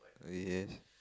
yes